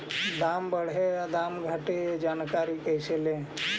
दाम बढ़े या दाम घटे ए जानकारी कैसे ले?